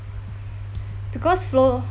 because flow